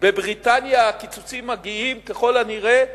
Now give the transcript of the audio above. בבריטניה הקיצוצים מגיעים ככל הנראה